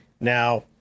Now